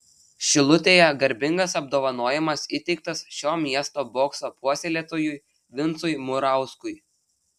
šilutėje garbingas apdovanojimas įteiktas šio miesto bokso puoselėtojui vincui murauskui